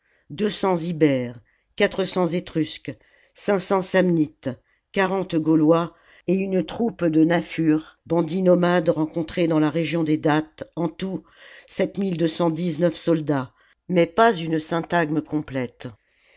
deux cents ibères quatre cents etrusques cinq cents samnites quarante gaulois et une troupe de nafifur bandits nomades rencontrés dans la région des dattes en tout sept mille deux cent dix-neuf soldats mais pas une syntagme complète